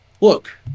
look